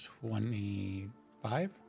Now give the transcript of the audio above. twenty-five